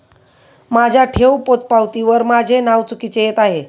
माझ्या ठेव पोचपावतीवर माझे नाव चुकीचे येत आहे